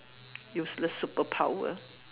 useless superpower